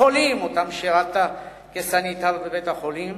החולים ששירתת כסניטר בבית-החולים,